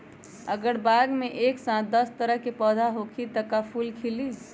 अगर बाग मे एक साथ दस तरह के पौधा होखि त का फुल खिली?